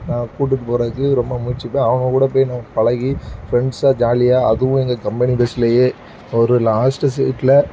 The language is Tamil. நான் கூட்டுட்டு போகிறதுக்கு ரொம்ப முயற்சிப்பேன் அவங்க கூட போய் நம்ம பழகி ஃப்ரெண்ட்ஸாக ஜாலியாக அதுவும் எங்கள் கம்பெனி ட்ரெஸ்லேயே ஒரு லாஸ்ட்டு சீட்டில்